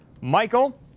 Michael